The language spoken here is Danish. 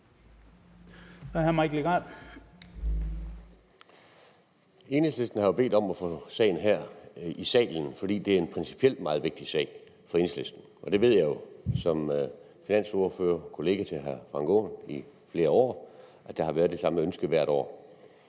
Enhedslisten har bedt om at få sagen her i salen, fordi det principielt er en meget vigtig sag for Enhedslisten. Jeg ved jo som finansordfører og kollega til hr. Frank Aaen i flere år, at der har været det samme ønske hvert år.